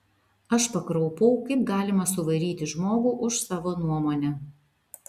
aš pakraupau kaip galima suvaryti žmogų už savo nuomonę